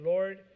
Lord